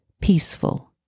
peaceful